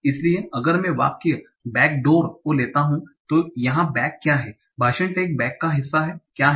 इसलिए अगर मैं वाक्य बेक डोर को लेता हूँ तो यहाँ बेक क्या है भाषण टैग बेक का हिस्सा क्या है